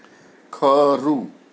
ખરું